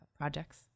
projects